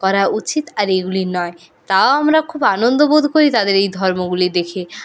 করা উচিত আর এগুলি নয় তাও আমরা খুব আনন্দ বোধ করি তাদের এই ধর্মগুলি দেখে